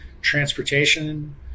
transportation